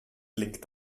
blinkt